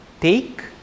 take